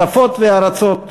שפות וארצות מוצא,